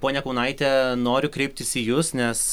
ponia kaunaite noriu kreiptis į jus nes